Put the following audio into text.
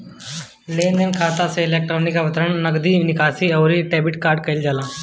लेनदेन खाता से इलेक्ट्रोनिक अंतरण, नगदी निकासी, अउरी डेबिट कईल जाला